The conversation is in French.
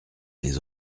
les